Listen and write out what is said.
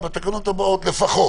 גם בתפילות וגם בהפגנות?